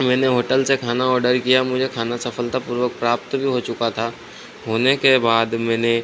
मैंने होटल से खाना ऑडर किया मुझे खाना सफलतापूर्वक प्राप्त भी हो चुका था होने के बाद मैंने